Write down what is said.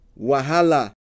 wahala